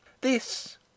This